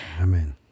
Amen